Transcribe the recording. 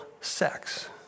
sex